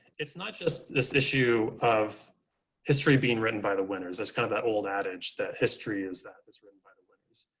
it's not just this issue of history being written by the winners. that's kind of that old adage, that history is that it's written by the winners.